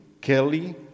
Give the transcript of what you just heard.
Kelly